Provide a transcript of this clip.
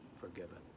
forgiven